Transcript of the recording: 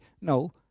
no